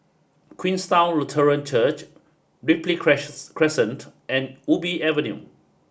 Queenstown Lutheran Church Ripley Crescent and Ubi Avenue